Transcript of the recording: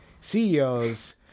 CEOs